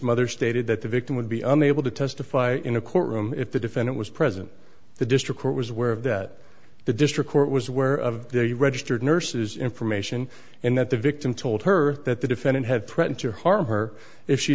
mother stated that the victim would be unable to testify in a court room if the defendant was present the district court was aware of that the district court was aware of the registered nurses information and that the victim told her that the defendant had threatened to harm her if she